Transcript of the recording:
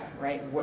right